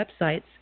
websites